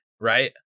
right